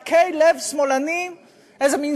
רק מבחינת כלי הנשק שבו, אלא למי